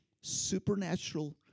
supernatural